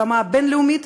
ברמה הבין-לאומית,